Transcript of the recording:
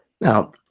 Now